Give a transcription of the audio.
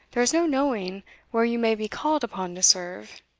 there is no knowing where you may be called upon to serve.